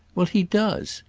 well, he does.